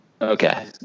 Okay